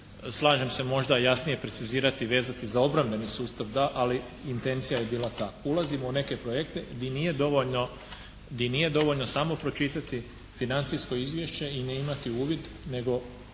Slažem se možda jasnije precizirati i vezati za obrambeni sustav da, ali intencija je bila ta. Ulazimo u neke projekte gdje nije dovoljno samo pročitati financijsko izvješće i ne imati uvid, a to